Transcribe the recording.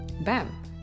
BAM